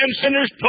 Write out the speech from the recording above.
sinners